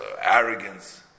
arrogance